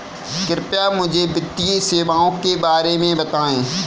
कृपया मुझे वित्तीय सेवाओं के बारे में बताएँ?